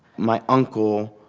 my uncle,